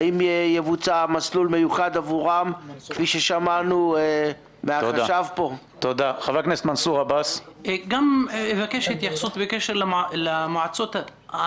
זה מיכאל ביטון שאל ואני אשמח גם לשבת אתכם.